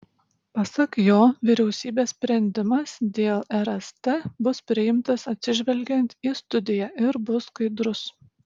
pasak jo vyriausybės sprendimas dėl rst bus priimtas atsižvelgiant į studiją ir bus skaidrus